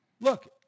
look